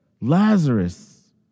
Lazarus